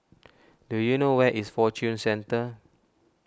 do you know where is Fortune Centre